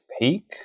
peak